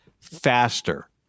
faster